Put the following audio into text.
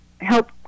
help